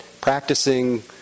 practicing